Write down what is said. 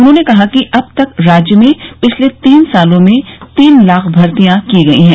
उन्होंने कहा कि अब तक राज्य में पिछले तीन सालों में तीन लाख भर्तियां की गई है